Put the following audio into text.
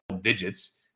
digits